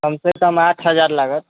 कम से कम आठ हजार लागत